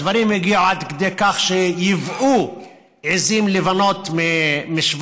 הדברים הגיעו עד כדי כך שייבאו עיזים לבנות משווייץ,